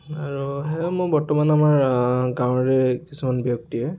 আৰু সেয়া মোৰ বৰ্তমান আমাৰ গাঁৱৰে কিছুমান ব্যক্তিয়ে